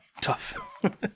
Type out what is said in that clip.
tough